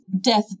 death